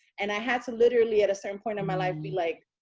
and i had to literally, at a certain point in my life, be like,